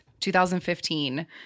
2015